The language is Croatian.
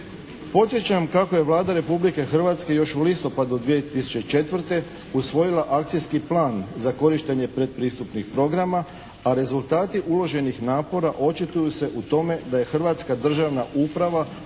Podsjećam kako je Vlada Republike Hrvatske još u listopadu 2004. usvojila akcijski plan za korištenje predpristupnih programa, a rezultati uloženih napora očituju se u tome da je hrvatska državna uprava